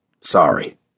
Sorry